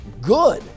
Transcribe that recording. good